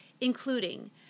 including